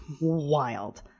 wild